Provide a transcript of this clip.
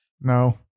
No